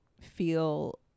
feel